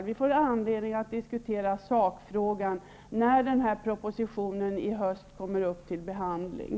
Vi får anledning att diskutera sakfrågan i höst, när propositionen kommer upp till behandling.